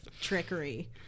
trickery